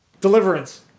deliverance